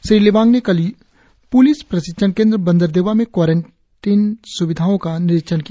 श्री लिबांग ने कल प्लिस प्रशिक्षण केंद्र बंदरदेवा में क्वाराईटिन स्विधाओं का निरीक्षण किया